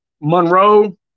Monroe